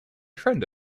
friend